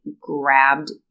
grabbed